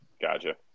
Gotcha